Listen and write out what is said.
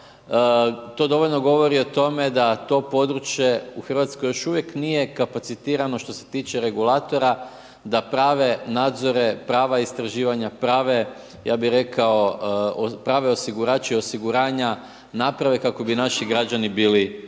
to dovoljno govori o tome da to područje u Hrvatskoj još uvijek nije kapacitirano što se tiče regulatora da prave nadzore, prava istraživanja, prave, ja bih rekao prave osigurače i osiguranja naprave kako bi naši građani bili sigurni.